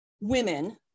women